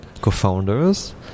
co-founders